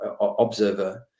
observer